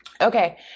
Okay